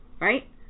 right